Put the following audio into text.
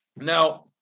Now